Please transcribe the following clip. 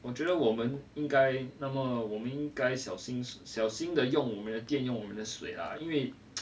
我觉得我们应该那么我们应该小心小心地用我们的电用我们的水啦因为